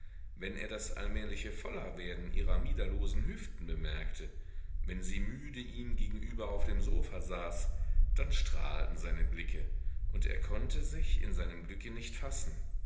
wenn er das allmähliche vollerwerden ihrer miederlosen hüften bemerkte wenn sie müde ihm gegenüber auf dem sofa saß dann strahlten seine blicke und er konnte sich in seinem glücke nicht fassen